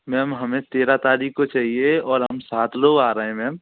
ma'am हमें तेरह तारीख को चाहिए और हम सात लोग आ रहे हैं मैम